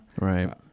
right